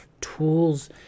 tools